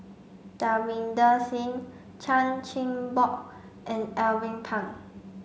Davinder Singh Chan Chin Bock and Alvin Pang